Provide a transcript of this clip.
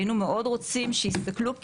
היינו מאוד רוצים שהסתכלו,